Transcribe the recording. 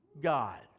God